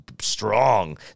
strong